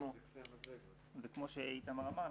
וכמו שאיתמר אמר,